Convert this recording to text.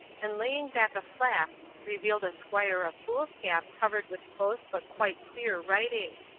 and laying back a flap revealed a quire of foolscap covered with close but quite clear writing.